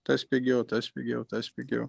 tas pigiau tas pigiau tas pigiau